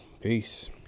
Peace